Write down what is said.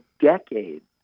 decades